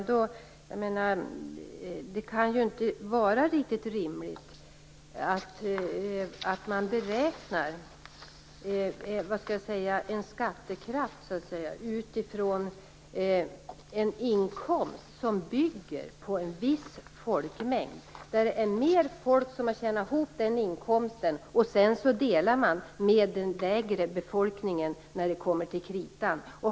Det kan inte vara riktigt rimligt att man beräknar en skattekraft utifrån en inkomst som bygger på en viss folkmängd så att det är en större folkmängd som har tjänat ihop inkomsten än den som den delas bland när det kommer till kritan.